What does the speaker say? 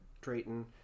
drayton